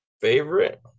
Favorite